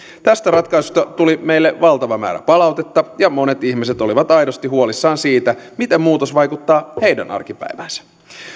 tästä ratkaisusta tuli meille valtava määrä palautetta ja monet ihmiset olivat aidosti huolissaan siitä miten muutos vaikuttaa heidän arkipäiväänsä